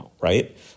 right